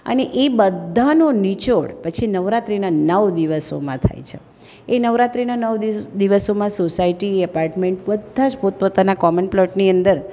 અને એ બધાનો નિચોડ પછી નવરાત્રિના નવ દિવસોમાં થાય છે એ નવરાત્રિના નવ દિવસોમાં સોસાયટી એપાર્ટમેન્ટ બધા જ પોત પોતાના કોમન પ્લોટની અંદર